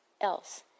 else